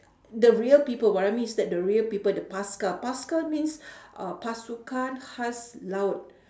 the real people what I means is that the real people the paskal paskal means uh pasukan khas laut